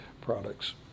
products